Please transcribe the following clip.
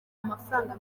amafaranga